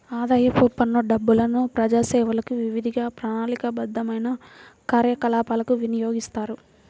ఆదాయపు పన్ను డబ్బులను ప్రజాసేవలకు, వివిధ ప్రణాళికాబద్ధమైన కార్యకలాపాలకు వినియోగిస్తారు